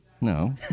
No